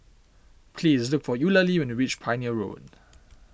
please look for Eulalie when you reach Pioneer Road